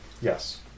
Yes